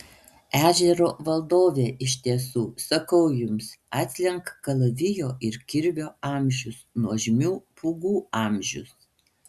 ežero valdovė iš tiesų sakau jums atslenka kalavijo ir kirvio amžius nuožmių pūgų amžius